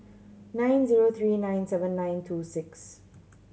nine zero three nine seven nine two six